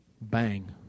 Bang